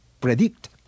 predict